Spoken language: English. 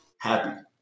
happy